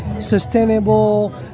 sustainable